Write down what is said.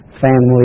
family